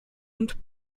und